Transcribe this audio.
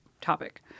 topic